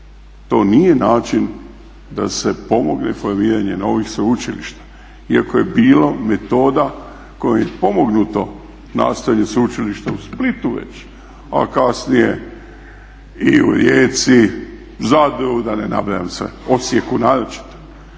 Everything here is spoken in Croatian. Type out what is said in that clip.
To nije način da se pomogne formiranje novih sveučilišta. Iako je bilo metoda kojom je pomognuto nastajanju Sveučilišta u Splitu već a kasnije i u Rijeci, Zadru i da ne nabrajam sve, Osijeku naročito.